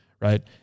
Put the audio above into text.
Right